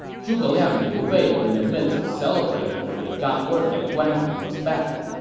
zhuge liang and liu bei were in the midst of celebrating when they got word that guan yu was back.